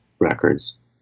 records